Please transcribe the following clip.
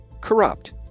corrupt